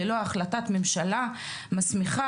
ללא החלטת ממשלה מסמיכה,